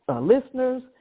listeners